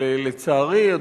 אבל לצערי,